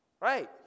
right